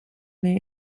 lay